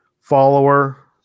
follower